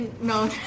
no